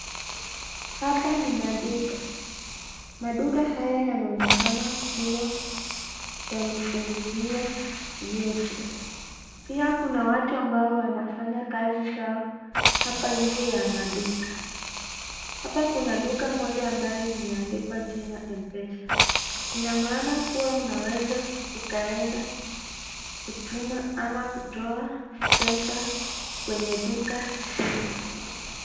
Hapa ni maduka. Maduka haya yanaonekana kuwa yamefunguliwa yote. Pia kuna watu ambao wanafanya kazi zao hapa nje ya maduka. Hapa kuna duka moja ambayo imeandikwa jina mpesa. Ina maana kuwa unaweza ukaenda kutuma ama kutoa pesa kwenye duka hili.